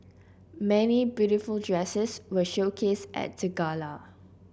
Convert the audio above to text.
many beautiful dresses were showcased at the gala